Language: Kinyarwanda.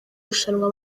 rushanwa